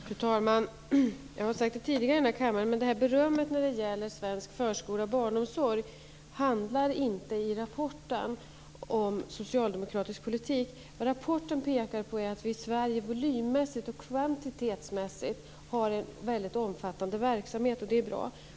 Fru talman! Jag har sagt det tidigare i den här kammaren. Berömmet när det gäller svensk förskola och barnomsorg handlar inte i rapporten om socialdemokratisk politik. Vad rapporten pekar på är att vi i Sverige volymmässigt och kvantitetsmässigt har en omfattande verksamhet. Och det är bra.